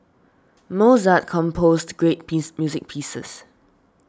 Mozart composed great piece music pieces